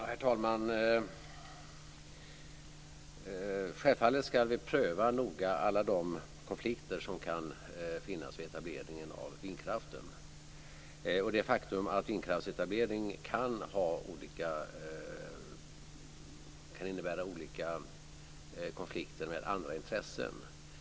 Herr talman! Självfallet ska vi noga pröva alla de konflikter som kan finnas vid etableringen av vindkraften och det faktum att vindkraftsetablering kan innebära olika konflikter med andra intressen.